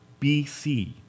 BC